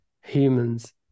humans